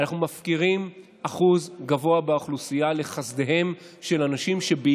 מפקירים שיעור גבוה באוכלוסייה לחסדיהם של אנשים שמה